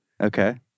Okay